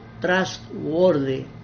trustworthy